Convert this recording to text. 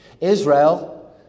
Israel